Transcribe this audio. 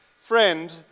Friend